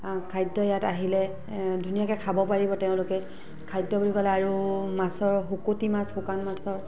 খাদ্য ইয়াত আহিলে ধুনীয়াকৈ খাব পাৰিব তেওঁলোকে খাদ্য বুলি ক'লে আৰু মাছৰ শুকতি মাছ শুকান মাছৰ